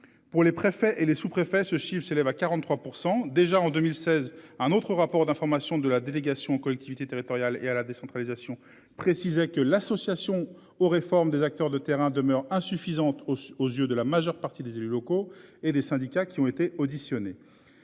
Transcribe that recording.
Pour les préfets et les sous-préfets ce chiffre s'élève à 43%. Déjà en 2016 un autre rapport d'information de la délégation aux collectivités territoriales et à la décentralisation. Précisait que l'association aux réformes des acteurs de terrain demeure insuffisante aux yeux de la majeure partie des élus locaux et des syndicats qui ont été auditionnés.